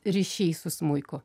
ryšys su smuiku